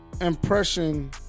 impression